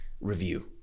review